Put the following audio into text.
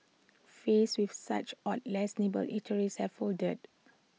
faced with such odds less nimble eateries have folded